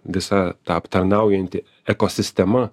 visą tą aptarnaujanti ekosistema